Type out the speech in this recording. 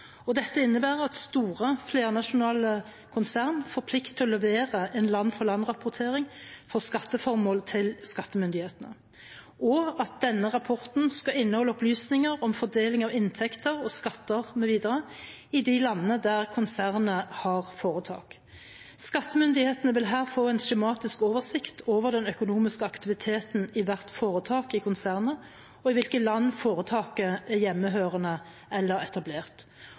BEPS-prosjektet. Dette innebærer at store flernasjonale konsern får plikt til å levere en land-for-land-rapportering for skatteformål til skattemyndighetene, og at denne rapporten skal inneholde opplysninger om fordeling av inntekter og skatter mv. i de landene der konsernet har foretak. Skattemyndighetene vil her få en skjematisk oversikt over den økonomiske aktiviteten i hvert foretak i konsernet, og i hvilke land foretaket er hjemmehørende eller etablert.